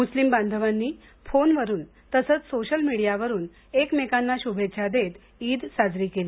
मुस्लिम बांधवांनी फोनवरून तसंच सोशल मिडियावरून एकमेकांना शभेच्छा देत ईद साजरी केली